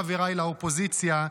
חבריי באופוזיציה,